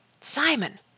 Simon